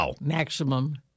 maximum